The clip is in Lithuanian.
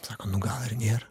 sako nu gal ir nėr